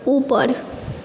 ऊपर